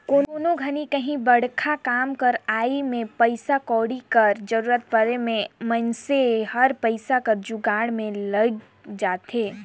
कोनो घनी काहीं बड़खा काम कर आए में पइसा कउड़ी कर जरूरत परे में मइनसे हर पइसा कर जुगाड़ में लइग जाथे